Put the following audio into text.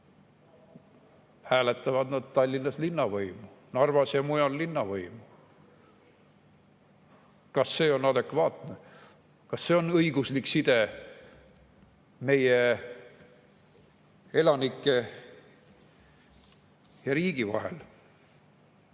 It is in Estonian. inimesed Tallinnas linnavõimu, Narvas ja mujal linnavõimu. Kas see on adekvaatne? Kas see on õiguslik side meie elanike ja riigi vahel?